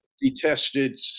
detested